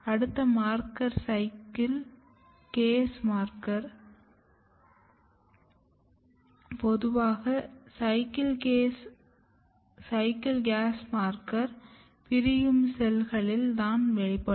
அடுத்த marker cyclin case marker பொதுவாக cyclin case marker பிரியும் செல்களில் தான் வெளிப்படும்